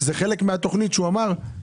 מהתוכנית שהוא אמר,